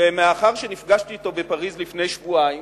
ומאחר שנפגשתי אתו בפריס לפני שבועיים